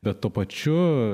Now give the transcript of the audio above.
bet tuo pačiu